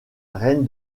reine